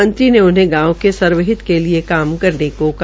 मंत्री ने उन्हें गांव के सर्वहित के लिए काम करने को कहा